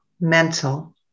mental